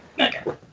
Okay